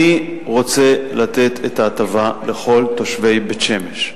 אני רוצה לתת את ההטבה לכל תושבי בית-שמש.